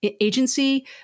agency